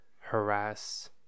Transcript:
harass